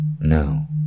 No